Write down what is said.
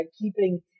keeping